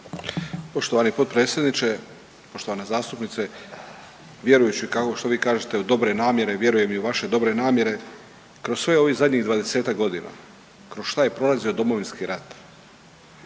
Poštovani potpredsjedniče, poštovana zastupnice vjerujući kako vi kažete u dobre namjere, vjerujem i u vaše dobre namjere kroz svih ovih 20-tak godina kroz što je prolazio Domovinski rat